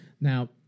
Now